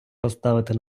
поставити